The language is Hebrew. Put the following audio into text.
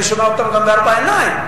אני שומע אותם גם בארבע עיניים.